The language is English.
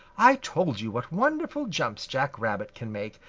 i told you what wonderful jumps jack rabbit can make,